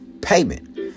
payment